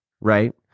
right